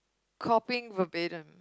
copying will beat him